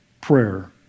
prayer